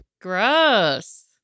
Gross